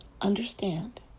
Understand